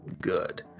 good